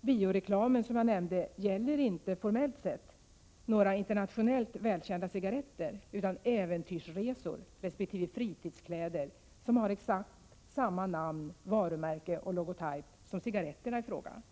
Bioreklamen som jag nämnde gäller inte — formellt sett — några internationellt välkända cigaretter, utan ”äventyrsresor” resp. fritidskläder som har exakt samma namn, varumärke och logotype som cigaretterna i fråga.